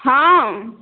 हाँ